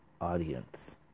audience